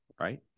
Right